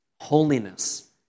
Holiness